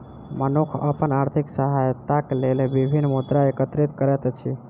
मनुख अपन आर्थिक सहायताक लेल विभिन्न मुद्रा एकत्रित करैत अछि